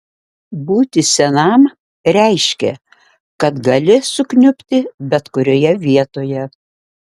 būti senam reiškė kad gali sukniubti bet kurioje vietoje